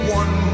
one